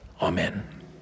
amen